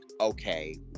okay